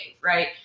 right